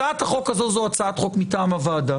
הצעת החוק הזאת זאת הצעת חוק מטעם הוועדה,